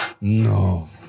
No